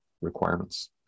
Requirements